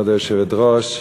כבוד היושבת-ראש,